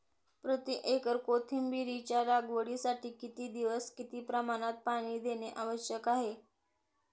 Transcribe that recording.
प्रति एकर कोथिंबिरीच्या लागवडीसाठी किती दिवस किती प्रमाणात पाणी देणे आवश्यक आहे?